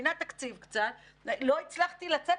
מבינה תקציב קצת - לא הצלחתי לצאת